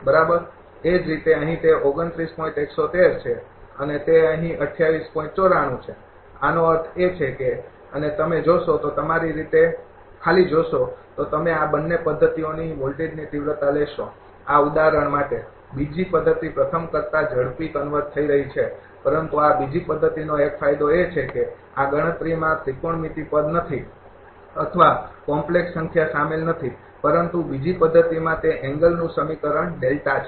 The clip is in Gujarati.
એ જ રીતે અહીં તે છે અને તે અહીં છે તો આનો અર્થ એ છે અને તમે જોશો તો તમારી રીતે ખાલી જોશો તો તમે આ બંને પદ્ધતિઓની વોલ્ટેજની તિવ્રતા લેશો આ ઉદાહરણ માટે બીજી પદ્ધતિ પ્રથમ કરતા ઝડપી કનવર્જ થઈ રહી છે પરંતુ આ બીજી પદ્ધતિનો એક ફાયદો એ છે કે આ ગણતરીમાં ત્રિકોણમિતિ પદ નથી અથવા કોમ્પ્લેક્ષ સંખ્યા શામેલ નથી પરંતુ બીજી પદ્ધતિમાં તે એંગલ નું સમીકરણ છે